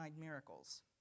miracles